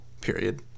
Period